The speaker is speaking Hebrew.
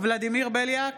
ולדימיר בליאק,